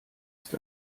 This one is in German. ist